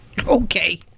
Okay